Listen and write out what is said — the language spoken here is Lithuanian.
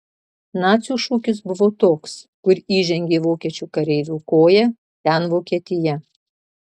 nacių šūkis buvo toks kur įžengė vokiečių kareivio koja ten vokietija